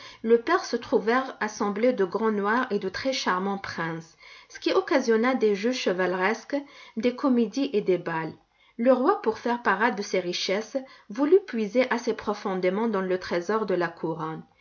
le père se trouvèrent assemblés de grands rois et de très charmants princes ce qui occasionna des jeux chevaleresques des comédies et des bals le roi pour faire parade de ses richesses voulut puiser assez profondément dans le trésor de la couronne